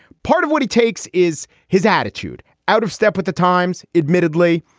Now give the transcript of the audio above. part of what he takes is his attitude out of step with the times, admittedly.